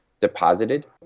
deposited